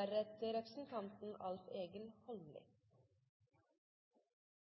og slutter meg til de hovedtrekkene han kom med. Senterpartiet er